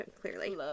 Clearly